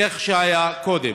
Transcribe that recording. כמו שהיה קודם.